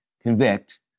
convict